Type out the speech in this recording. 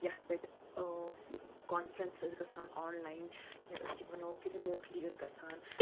یَتھ پٮ۪ٹھ کانفرٛؠنٕس ٲسۍ گَژھان آنلاین یا أسۍ یہِ وَنو کہِ رِموٹلی ٲسۍ گژھان